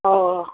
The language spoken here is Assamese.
অঁ